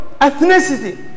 ethnicity